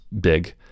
big